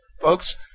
Folks